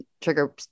trigger